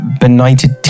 benighted